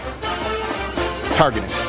targeting